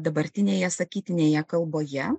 dabartinėje sakytinėje kalboje